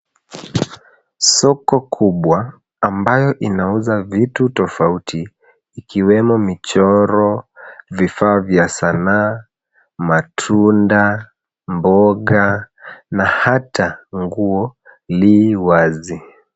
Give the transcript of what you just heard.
Soko kubwa ambayo inauza vitu tofauti ikiwemo michoro, vifaa vya sanaa, matunda, mboga na hata nguo li wazi.